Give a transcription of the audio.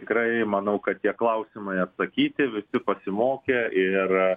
tikrai manau kad tie klausimai atsakyti visi pasimokė ir